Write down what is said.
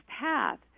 path